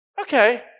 okay